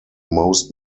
most